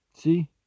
See